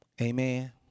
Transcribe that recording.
Amen